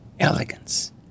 Elegance